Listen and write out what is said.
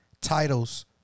titles